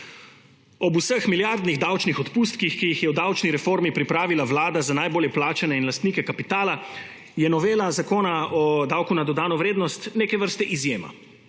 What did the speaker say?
Ob vseh milijardnih davčni odpustkih, ki jih je v davčni reformi pripravila Vlada za najbolj plačane in lastnike kapitala, je novela Zakona o davku na dodano vrednost neke vrste izjema.